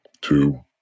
Two